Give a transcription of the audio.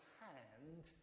hand